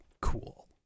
cool